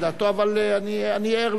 אבל אני ער למה שאתה אומר.